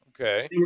Okay